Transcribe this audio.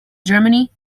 germany